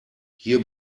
hier